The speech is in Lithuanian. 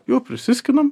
jų prisiskinam